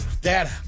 Dad